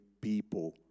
People